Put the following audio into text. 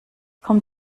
kommt